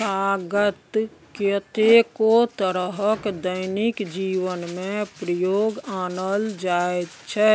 कागत कतेको तरहक दैनिक जीबनमे प्रयोग आनल जाइ छै